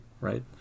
right